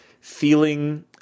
feeling